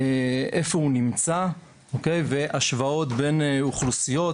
איפה הוא נמצא והשוואות בין אוכלוסיות